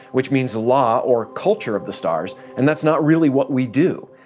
which means law or culture of the stars. and that's not really what we do!